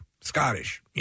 Scottish